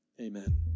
Amen